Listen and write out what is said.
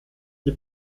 die